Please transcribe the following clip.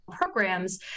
programs